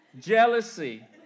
Jealousy